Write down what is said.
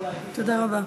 תודה רבה.